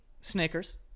Snickers